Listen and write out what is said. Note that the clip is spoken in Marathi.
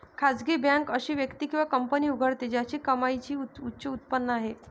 खासगी बँक अशी व्यक्ती किंवा कंपनी उघडते ज्याची कमाईची उच्च उत्पन्न आहे